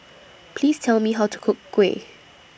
Please Tell Me How to Cook Kuih